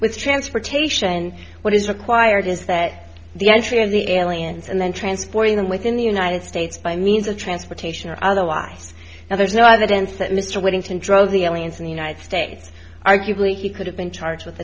with transportation what is required is that the entry of the aliens and then transporting them within the united states by means of transportation or otherwise now there's no evidence that mr whittington drove the aliens in the united states arguably he could have been charged with